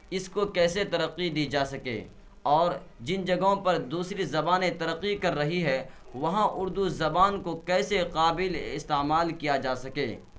اس کو کیسے ترقی دی جا سکے اور جن جگہوں پر دوسری زبانیں ترقی کر رہی ہے وہاں اردو زبان کو کیسے قابلِ استعمال کیا جا سکے